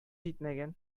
җитмәгән